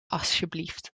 alsjeblieft